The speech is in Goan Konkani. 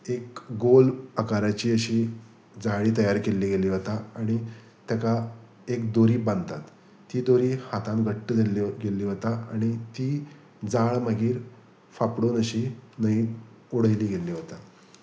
एक गोल आकाराची अशी जाळी तयार केल्ली गेल्ली वता आनी ताका एक दोरी बांदतात ती दोरी हातान घट्ट जालल्ली गेल्ली वता आनी ती जाळ मागीर फांपडून अशी न्हंय उडयली गेल्ली वता